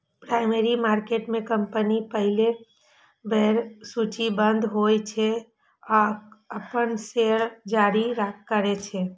primary market में company पहिल बेर सूचीबद्ध होइ छै आ अपन शेयर जारी करै छै